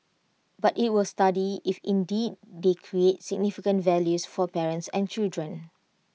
but IT will study if indeed they create significant values for parents and children